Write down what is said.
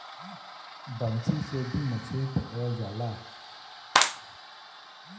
बंसी से भी मछरी पकड़ल जाला